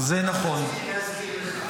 רק רציתי להזכיר לך.